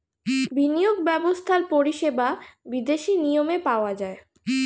বিনিয়োগ ব্যবস্থার পরিষেবা বিদেশি নিয়মে পাওয়া যায়